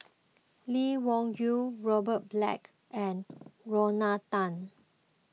Lee Wung Yew Robert Black and Lorna Tan